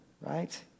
right